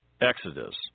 Exodus